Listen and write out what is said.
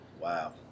Wow